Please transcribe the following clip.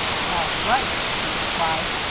that's right, pete replied.